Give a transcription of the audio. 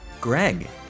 Greg